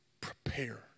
Prepare